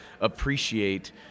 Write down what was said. appreciate